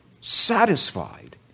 satisfied